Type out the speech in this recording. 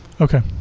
Okay